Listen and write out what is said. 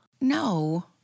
No